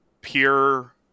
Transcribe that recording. pure